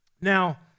Now